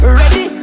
ready